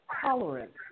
tolerance